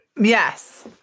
Yes